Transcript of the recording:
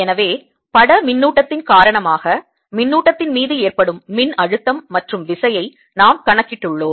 எனவே பட மின்னூட்டத்தின் காரணமாக மின்னூட்டத்தின் மீது ஏற்படும் மின்அழுத்தம் மற்றும் விசையை நாம் கணக்கிட்டுள்ளோம்